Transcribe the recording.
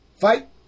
Fight